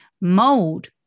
mold